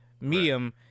medium